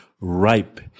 ripe